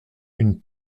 une